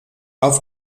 auf